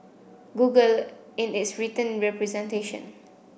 google in its written representation